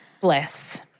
Bless